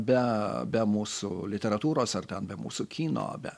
be be mūsų literatūros ar ten be mūsų kino be